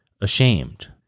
ashamed